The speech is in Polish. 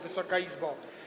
Wysoka Izbo!